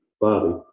Bobby